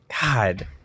God